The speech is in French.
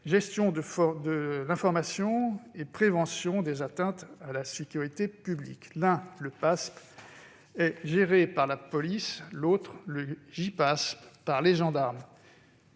gestion de l'information et prévention des atteintes à la sécurité publique ». L'un, le PASP, est géré par la police, l'autre, le Gipasp, par les gendarmes.